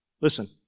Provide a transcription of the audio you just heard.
Listen